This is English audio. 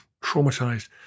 traumatized